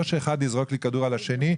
לא שאחד יזרוק כדור על השני.